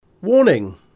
Warning